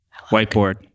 Whiteboard